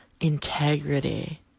integrity